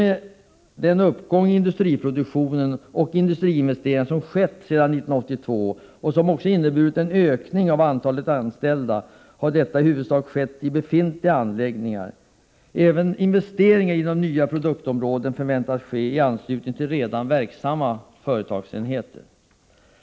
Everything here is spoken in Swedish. Den uppgång i industriproduktion och industriinvesteringar som skett sedan 1982, och som också inneburit en ökning av antalet anställda, har i huvudsak skett i befintliga anläggningar. Även investeringar inom nya produktområden förväntas ske i anslutning till redan verksamma företagsenheter.